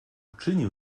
uczynił